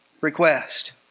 request